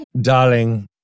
Darling